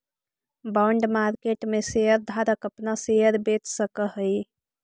bond market में share धारक अपना शेयर बेच सकऽ हई